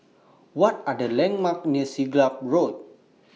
What Are The landmarks near Siglap Road